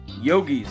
Yogis